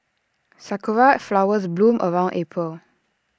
Sakura Flowers bloom around April